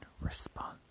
Response